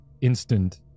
instant